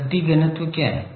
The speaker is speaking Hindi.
शक्ति घनत्व क्या है